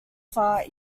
far